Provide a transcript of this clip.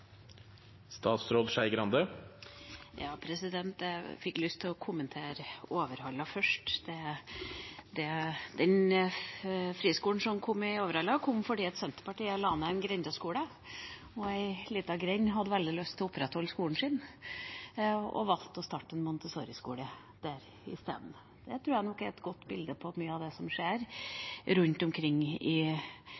Jeg fikk lyst til å kommentere Overhalla først: Den friskolen som kom i Overhalla, kom fordi Senterpartiet la ned en grendeskole. Ei lita grend hadde veldig lyst til å opprettholde skolen sin og valgte å starte en Montessori-skole der i stedet. Det tror jeg er et godt bilde på mye av det som skjer